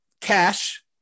Cash